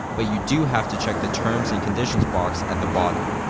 but you do have to check the terms and conditions box at the bottom.